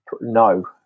no